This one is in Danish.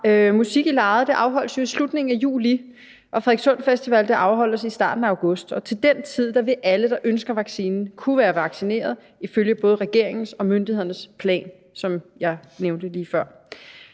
Musik i Lejet afholdes jo i slutningen af juli, og Frederikssund Festival afholdes i starten af august, og til den tid vil alle, der ønsker vaccinen, kunne være vaccineret ifølge både regeringens og myndighedernes plan,